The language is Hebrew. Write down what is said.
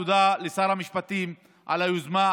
תודה לשר המשפטים על היוזמה,